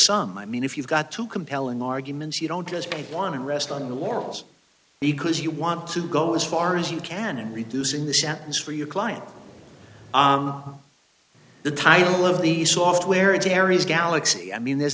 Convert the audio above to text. sum i mean if you've got two compelling arguments you don't just want to rest on the laurels because you want to go as far as you can and reducing the sentence for your client the title of the software in terry's galaxy i mean there's